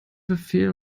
befehl